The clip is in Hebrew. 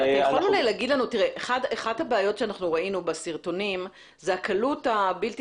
אבל אחת הבעיות שאנחנו ראינו בסרטונים זאת הקלות הבלתי